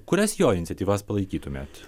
kurias jo iniciatyvas palaikytumėt